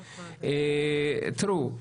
תראו,